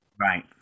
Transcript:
Right